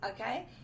okay